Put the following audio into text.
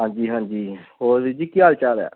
ਹਾਂਜੀ ਹਾਂਜੀ ਹੋਰ ਵੀਰ ਜੀ ਕੀ ਹਾਲ ਚਾਲ ਹੈ